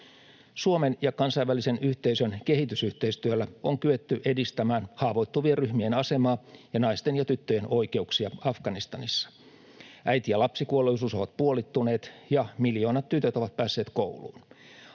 Suomen ja kansainvälisen yhteisön kehitysyhteistyöllä on kyetty edistämään haavoittuvien ryhmien asemaa ja naisten ja tyttöjen oikeuksia Afganistanissa. Äiti- ja lapsikuolleisuus ovat puolittuneet, ja miljoonat tytöt ovat päässeet kouluun.